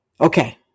Okay